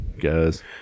guys